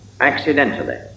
accidentally